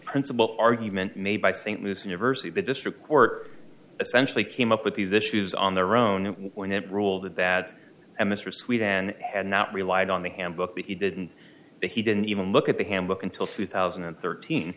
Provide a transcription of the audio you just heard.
principle argument made by st louis university the district court essentially came up with these issues on their own when it ruled that mr sweet and had not relied on the handbook but he didn't say he didn't even look at the handbook until two thousand and thirteen